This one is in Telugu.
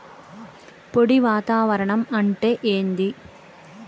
పొడి వాతావరణం అంటే ఏంది?